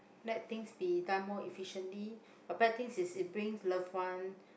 let things be done more efficiently the bad things is it brings love ones